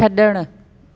छड॒णु